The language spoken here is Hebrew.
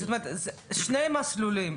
זה שני מסלולים,